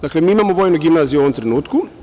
Dakle, mi imamo vojnu gimnaziju u ovom trenutku.